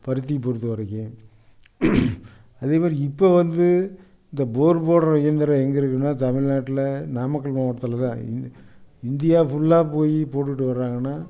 பருத்தி பொறுத்த வரைக்கும் அதேமாதிரி இப்போ வந்து இந்த போர் போடுற இயந்திரம் எங்கேருக்குனா தமிழ்நாட்டில் நாமக்கல் மாவட்டத்தில் தான் இந்தியா ஃபுல்லாக போய் போட்டுட்டு வர்றாங்கன்னா